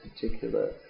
particular